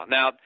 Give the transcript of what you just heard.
Now